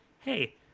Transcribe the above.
hey